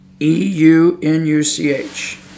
E-U-N-U-C-H